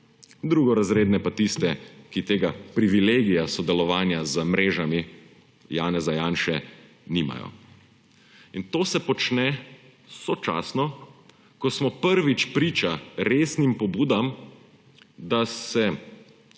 drugorazredne pa tiste, ki tega privilegija sodelovanja z mrežami Janeza Janše nimajo. In to se počne sočasno, ko smo prvič priča resnim pobudam, da se